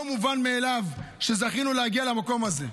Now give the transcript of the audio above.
לא מובן מאליו שזכינו להגיע למקום הזה.